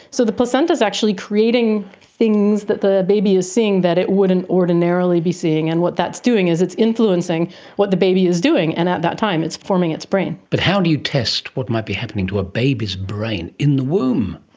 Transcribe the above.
so the placenta is actually creating things that the baby is seeing that it wouldn't ordinarily be seeing, and what that is doing is it's influencing what the baby is doing and at that time it's forming its brain. but how do you test what might be happening to a baby's brain in the womb?